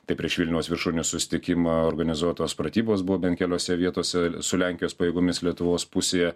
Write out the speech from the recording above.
tai prieš vilniaus viršūnių susitikimą organizuotos pratybos buvo bent keliose vietose su lenkijos pajėgomis lietuvos pusėje